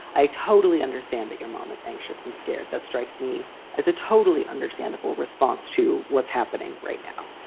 i totally understand that your mom is anxious and scared. that strikes me as a totally understandable response to what's happening right now.